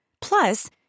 Plus